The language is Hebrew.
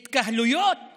התקהלויות